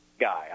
guy